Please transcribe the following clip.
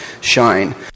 shine